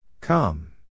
Come